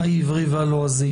והלועזי.